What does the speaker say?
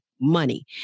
money